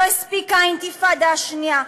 לא הספיקה האינתיפאדה השנייה,